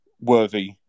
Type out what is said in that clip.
worthy